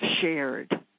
shared